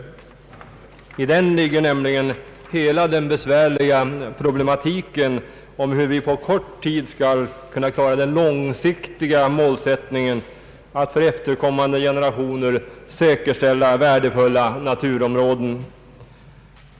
I den ligger nämligen hela den besvärliga problematiken om hur vi på kort tid skall kunna klara den långsiktiga målsättningen att för efterkommande generationer säkerställa värdefulla naturområden.